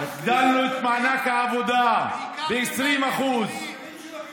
הגדלנו את מענק העבודה ב-20% וייקרתם להם,